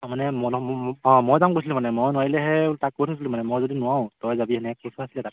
মানে অঁ মই যাম কৈছিলোঁ মানে মই নোৱাৰিলেহে তাক কৈ থৈছিলো মানে মই যদি নোৱাৰো তই যাবি তেনেকৈ কৈ থোৱা আছিলে তাক